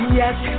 yes